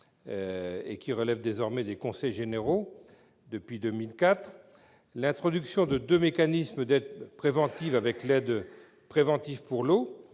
et qui relèvent des conseils généraux depuis 2004, l'introduction de deux mécanismes d'aide préventive avec l'aide préventive pour l'eau